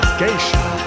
geisha